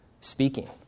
speaking